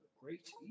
great